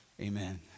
Amen